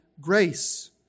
grace